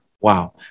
Wow